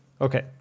okay